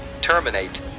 Terminate